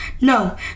No